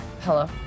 Hello